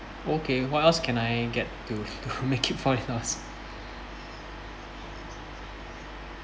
okay what else can I get to to make it forty dollars